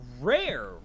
rare